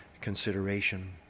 consideration